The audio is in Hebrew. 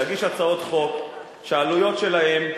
להגיש הצעות חוק שהעלויות שלהן,